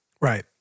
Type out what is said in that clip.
Right